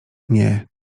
nie